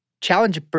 Challenge